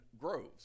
groves